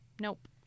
Nope